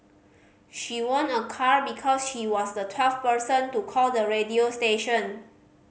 she won a car because she was the twelfth person to call the radio station